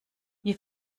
ihr